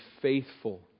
faithful